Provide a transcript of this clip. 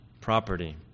property